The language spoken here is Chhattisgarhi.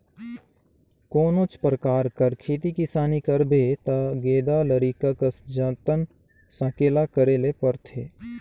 कोनोच परकार कर खेती किसानी करबे ता गेदा लरिका कस जतन संकेला करे ले परथे